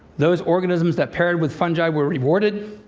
those organisms that paired with fungi were rewarded,